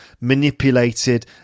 manipulated